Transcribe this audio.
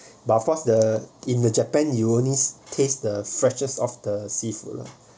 but course the in the japan you only taste the freshness of the seafood ya